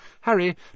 Harry